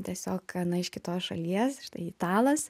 tiesiog na iš kitos šalies štai italas